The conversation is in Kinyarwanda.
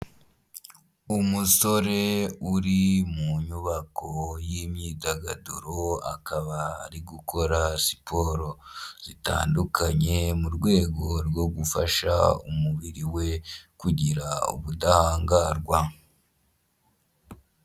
Umusore uri mu nyubako y'imyidagaduro akaba ari gukora siporo zitandukanye mu rwego rwo gufasha umubiri we kugira ubudahangarwa.